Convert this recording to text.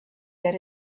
that